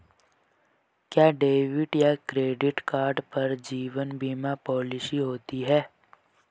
क्या डेबिट या credit card पर जीवन बीमा पॉलिसी होती है?